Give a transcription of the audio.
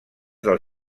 del